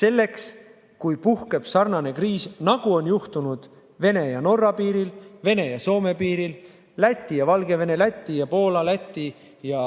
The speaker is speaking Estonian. selleks, kui puhkeb sarnane kriis, nagu on juhtunud Vene ja Norra piiril, Vene ja Soome piiril, Läti ja Valgevene, Läti ja Poola, Läti ja